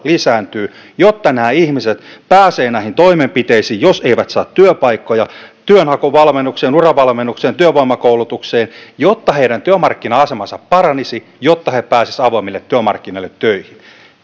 lisääntyy jotta nämä ihmiset pääsevät näihin toimenpiteisiin jos eivät saa työpaikkoja työnhakuvalmennukseen uravalmennukseen työvoimakoulutukseen jotta heidän työmarkkina asemansa paranisi jotta he pääsisivät avoimille työmarkkinoille töihin